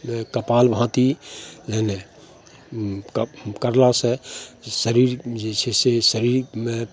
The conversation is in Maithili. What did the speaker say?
योग कपाल भाति करलासँ शरीरमे जे छै से शरीरमे करलासँ शरीरमे जे छै से शरीरमे